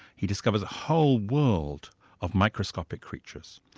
he discovers a whole world of microscopic creatures,